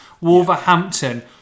Wolverhampton